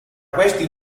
questi